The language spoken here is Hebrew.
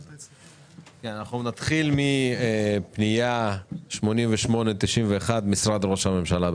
אנחנו נתחיל מפנייה 88-91 משרד ראש הממשלה.